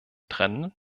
trennen